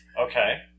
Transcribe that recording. Okay